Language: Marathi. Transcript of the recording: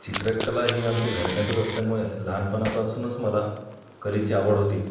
चित्रकला ही आमच्या घराण्यातच असल्यामुळे लहानपणापासूनच मला कलेची आवड होतीच